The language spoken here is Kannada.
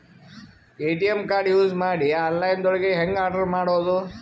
ಎ.ಟಿ.ಎಂ ಕಾರ್ಡ್ ಯೂಸ್ ಮಾಡಿ ಆನ್ಲೈನ್ ದೊಳಗೆ ಹೆಂಗ್ ಆರ್ಡರ್ ಮಾಡುದು?